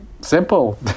simple